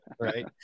right